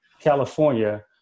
California